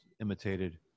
imitated